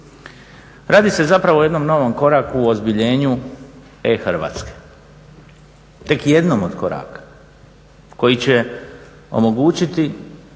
Radi se zapravo o jednom novom koraku u ozbiljenju e-Hrvatske. Tek jednom od koraka koji će omogućiti